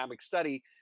study